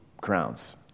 crowns